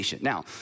Now